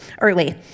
early